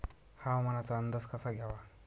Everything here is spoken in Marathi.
हवामानाचा अंदाज कसा घ्यावा?